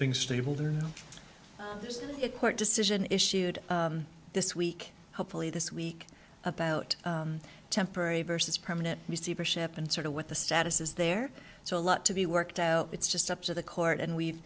things to be moving just court decision issued this week hopefully this week about temporary versus permanent receivership and sort of what the status is there so a lot to be worked out it's just up to the court and we'